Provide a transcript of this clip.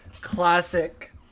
classic